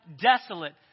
desolate